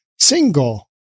single